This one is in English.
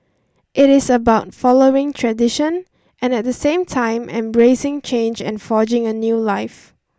it is about following tradition and at the same time embracing change and forging a new life